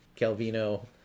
Calvino